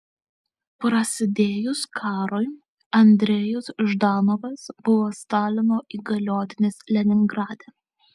prasidėjus karui andrejus ždanovas buvo stalino įgaliotinis leningrade